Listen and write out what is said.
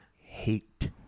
hate